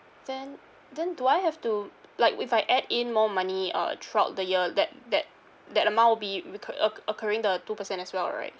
then then do I have to like if I add in more money uh throughout the year that that that amount will be recu~ occ~ occurring the two percent as well right